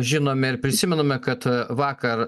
žinome ir prisimename kad vakar